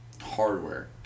hardware